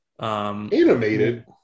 Animated